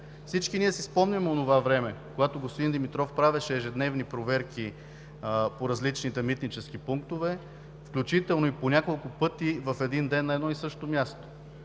Всички ние си спомняме онова време, когато господин Димитров правеше ежедневни проверки по различните митнически пунктове, включително и по няколко пъти в един ден на едно и също място.